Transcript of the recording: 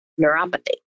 neuropathy